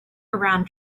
around